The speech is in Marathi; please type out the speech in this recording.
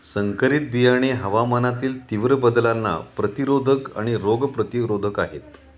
संकरित बियाणे हवामानातील तीव्र बदलांना प्रतिरोधक आणि रोग प्रतिरोधक आहेत